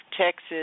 Texas